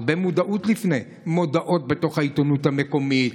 הרבה מודעות לפני: מודעות בעיתונות המקומית,